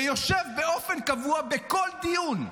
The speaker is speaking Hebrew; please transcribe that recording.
ויושב באופן קבוע בכל דיון,